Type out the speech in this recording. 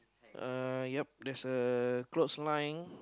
uh ya there's a clothes line